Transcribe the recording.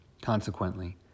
Consequently